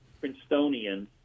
Princetonian